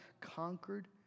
conquered